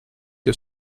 que